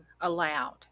allowed